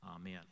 Amen